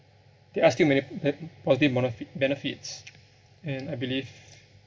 there are still many ma~ positive benefit benefits and I believe